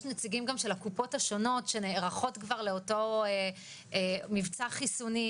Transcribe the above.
יש נציגים של הקופות שנערכות למבצע החיסונים